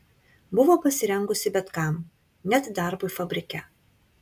buvo pasirengusi bet kam net darbui fabrike